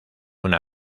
una